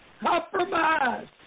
compromise